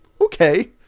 okay